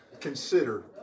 consider